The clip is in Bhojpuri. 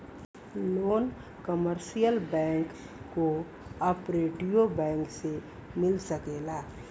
loan commercial bank cooperative bank से मिल सकेला